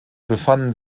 befanden